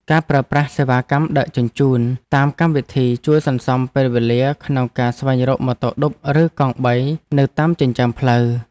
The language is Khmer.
ការប្រើប្រាស់សេវាកម្មដឹកជញ្ជូនតាមកម្មវិធីជួយសន្សំពេលវេលាក្នុងការស្វែងរកម៉ូតូឌុបឬកង់បីនៅតាមចិញ្ចើមផ្លូវ។